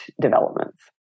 developments